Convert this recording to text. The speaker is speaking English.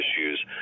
issues